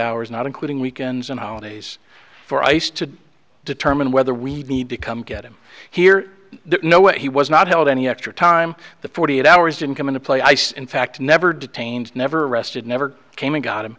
hours not including weekends and holidays for ice to determine whether we need to come get him here you know what he was not held any extra time the forty eight hours didn't come into play ice in fact never detained never arrested never came and got him